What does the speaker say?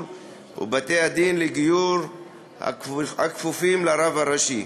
ובתי-הדין לגיור הכפופים לרב הראשי,